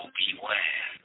beware